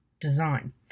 design